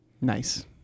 Nice